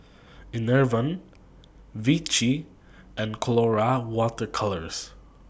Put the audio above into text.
Enervon Vichy and Colora Water Colours